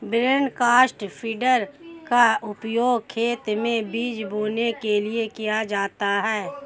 broadcast feeder का उपयोग खेत में बीज बोने के लिए किया जाता है